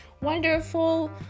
wonderful